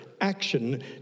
action